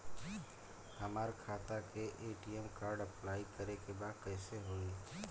हमार खाता के ए.टी.एम कार्ड अप्लाई करे के बा कैसे होई?